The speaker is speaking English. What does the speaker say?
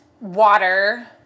water